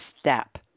step